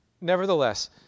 Nevertheless